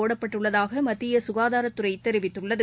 போடப்பட்டுள்ளதாகமத்தியசுகாதாரத்துறைதெரிவித்துள்ளது